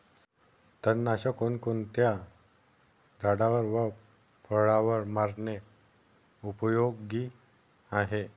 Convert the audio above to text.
तणनाशक कोणकोणत्या झाडावर व फळावर मारणे उपयोगी आहे?